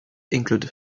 include